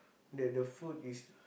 that the food is